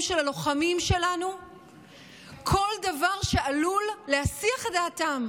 של הלוחמים שלנו כל דבר שעלול להסיח את דעתם,